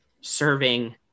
serving